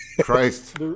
christ